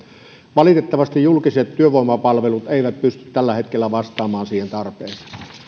valitettavasti julkiset työvoimapalvelut eivät pysty tällä hetkellä vastaamaan siihen tarpeeseen